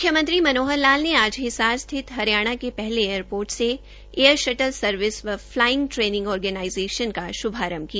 मुख्यमंत्री मनोहर लाल ने आज हिसार स्थित हरियाणा के पहले एयरपोर्ट से एयर शटल सर्विस व फ्लाइंग ट्रेनिंग ऑर्गेनाइजेशन का श्रभारंभ किया